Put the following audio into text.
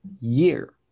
year